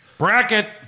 Bracket